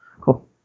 Cool